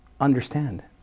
understand